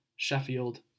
Sheffield